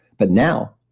but now,